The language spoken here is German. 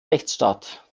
rechtsstaat